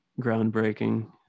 groundbreaking